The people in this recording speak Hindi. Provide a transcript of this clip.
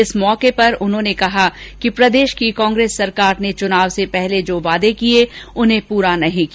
इस मौके पर उन्होंने कहा कि प्रदेश की कांग्रेस सरकार ने चुनाव से पहले जो वादे किये उन्हें पूरा नहीं किया